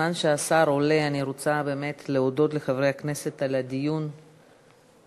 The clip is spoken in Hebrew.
בזמן שהשר עולה אני רוצה באמת להודות לחברי הכנסת על הדיון הרציני,